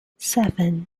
seven